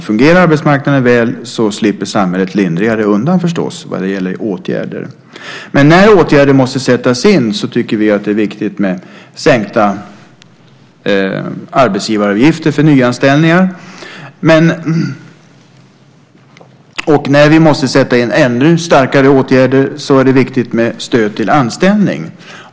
Fungerar arbetsmarknaden väl slipper samhället förstås lindrigare undan vad det gäller åtgärder. Men när åtgärder måste sättas in tycker vi att det är viktigt med sänkta arbetsgivaravgifter för nyanställningar. Och när vi måste sätta in ännu starkare åtgärder är det viktigt med stöd till anställning.